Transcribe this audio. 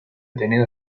ateneo